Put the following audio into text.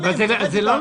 זה לא נעים.